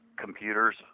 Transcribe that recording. computers